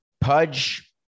pudge